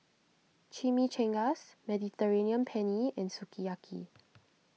Chimichangas Mediterranean Penne and Sukiyaki